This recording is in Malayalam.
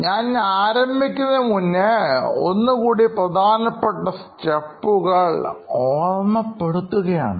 ഞാൻ ആരംഭിക്കുന്നതിന് മുന്നേ ഒന്നുകൂടി പ്രധാനപ്പെട്ട സ്റ്റെപ്പുകൾ ഓർമ്മപ്പെടുത്തുകയാണ്